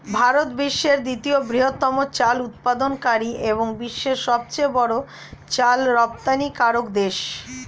ভারত বিশ্বের দ্বিতীয় বৃহত্তম চাল উৎপাদনকারী এবং বিশ্বের সবচেয়ে বড় চাল রপ্তানিকারক দেশ